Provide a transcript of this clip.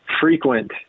Frequent